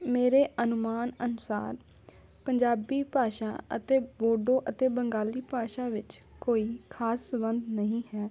ਮੇਰੇ ਅਨੁਮਾਨ ਅਨੁਸਾਰ ਪੰਜਾਬੀ ਭਾਸ਼ਾ ਅਤੇ ਬੋਡੋ ਅਤੇ ਬੰਗਾਲੀ ਭਾਸ਼ਾ ਵਿੱਚ ਕੋਈ ਖਾਸ ਸਬੰਧ ਨਹੀਂ ਹੈ